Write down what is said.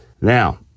Now